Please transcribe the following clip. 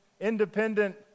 independent